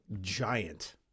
giant